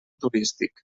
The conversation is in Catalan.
turístic